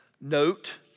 note